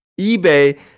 ebay